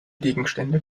gegenstände